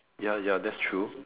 ya ya that's true